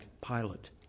pilot